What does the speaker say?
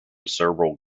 several